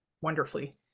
wonderfully